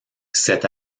cet